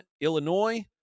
Illinois